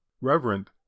Reverend